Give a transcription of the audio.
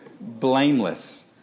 blameless